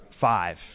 five